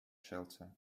shelter